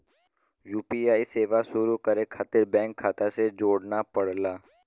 UPI सेवा शुरू करे खातिर बैंक खाता से जोड़ना पड़ला